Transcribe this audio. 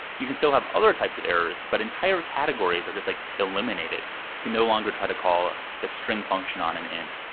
you can still have other types of errors, but entire categories categories are just like eliminated can no longer try to call the string function on an end.